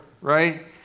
right